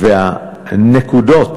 והנקודות